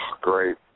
great